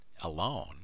alone